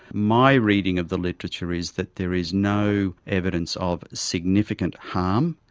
my reading of the literature is that there is no evidence of significant harm,